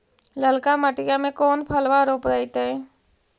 ललका मटीया मे कोन फलबा रोपयतय?